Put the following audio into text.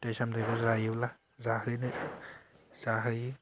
फिथाइ सामथाइखौ जायोब्ला जाहोनो जाहोयो